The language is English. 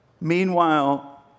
Meanwhile